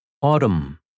Autumn